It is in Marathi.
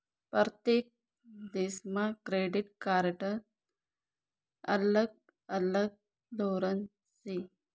परतेक देशमा क्रेडिट कार्डनं अलग अलग धोरन शे